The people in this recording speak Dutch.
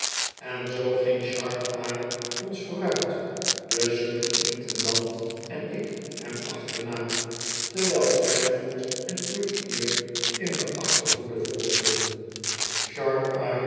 en zoo ging sharpeye ons vooruit de superintendant en ik hem achterna terwijl trampfoot en quickear in de achterhoede volgden